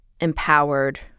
empowered